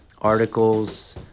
articles